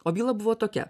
o byla buvo tokia